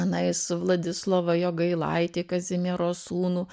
na jis vladislovą jogailaitį kazimiero sūnų